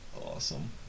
awesome